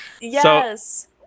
Yes